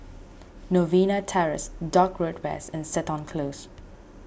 Novena Terrace Dock Road West and Seton Close